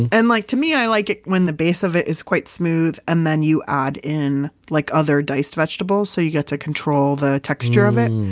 and like to me, i like it when the base of it is quite smooth. and then you add in like other diced vegetables, so you get to control the texture of it.